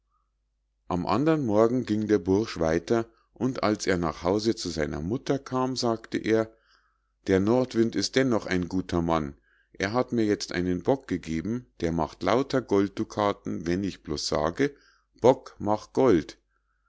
am andern morgen ging der bursch weiter und als er nach hause zu seiner mutter kam sagte er der nordwind ist dennoch ein guter mann er hat mir jetzt einen bock gegeben der macht lauter goldducaten wenn ich bloß sage bock mach gold